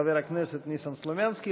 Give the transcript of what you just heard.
חבר הכנסת ניסן סלומינסקי,